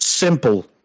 Simple